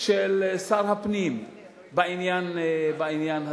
של שר הפנים בעניין הזה.